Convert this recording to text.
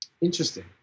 interesting